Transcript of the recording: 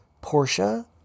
Portia